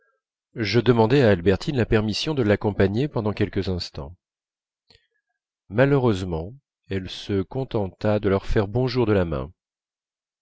je demandai à albertine la permission de l'accompagner pendant quelques instants malheureusement elle se contenta de leur faire bonjour de la main